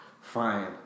fine